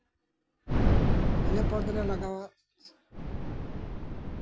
ᱤᱱᱟᱹᱯᱚᱨ ᱫᱚᱞᱮ ᱞᱟᱜᱟᱣᱟ